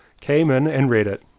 came in and read it.